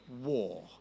war